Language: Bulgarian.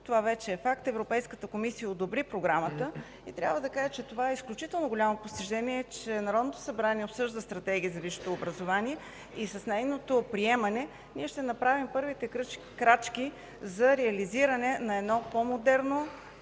Това вече е факт. Европейската комисия одобри Програмата и трябва да кажа, че това е изключително голямо постижение, че Народното събрание обсъжда Стратегия за висшето образование и с нейното приемане ние ще направим първите крачки за реализиране на едно по-модерно,